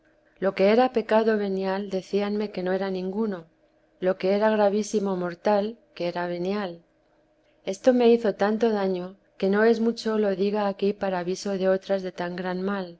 lo que era pecado venial decíanme que no era ninguno lo que era gravísimo mortal que era venial esto me hizo tanto daño que no es mucho lo diga aquí para aviso de otras de tan gran mal